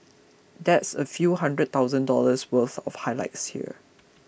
that's a few hundred thousand dollars worth of highlights here